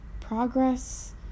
progress